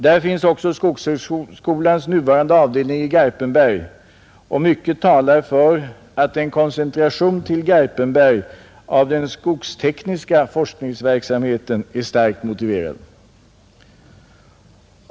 Där finns också skogshögskolans nuvarande avdelning i Garpenberg, och mycket talar för att en koncentration till Garpenberg av den skogstekniska forskningsverksamheten är starkt motiverad.